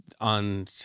on